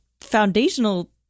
foundational